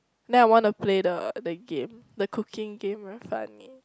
then I wanna play the the game the cooking game very fun